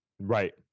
Right